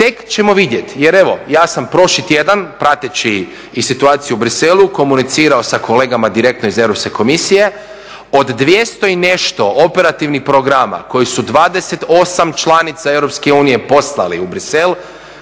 tek ćemo vidjeti. Jer evo, ja sam prošli tjedan prateći i situaciju u Bruxellesu komunicirao sa kolegama direktno iz Europske komisije, od 200 i nešto operativnih programa koji su 28 članica EU poslali u Bruxelles